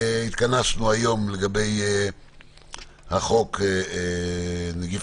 התכנסנו היום לדון בהצעת חוק סמכויות מיוחדות להתמודדות עם נגיף